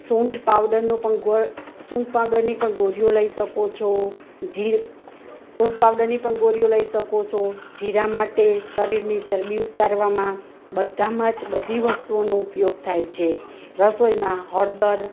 સૂંઠ પાવડરનો પણ ગોળ સૂંઠ પાવડરની પણ ગોળીઓ લઈ શકો છો સૂંઠ પાવડરની પણ ગોળીઓ લઈ શકો છો જીરા માટે શરીરની ચરબી ઉતારવામાં બધાંમાં જ બધી વસ્તુઓનો ઉપયોગ થાય છે રસોઈમાં હળદર